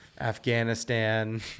Afghanistan